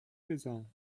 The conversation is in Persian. بزن